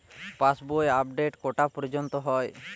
পাশ বই আপডেট কটা পর্যন্ত হয়?